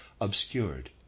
obscured